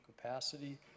capacity